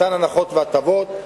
מתן הנחות והטבות,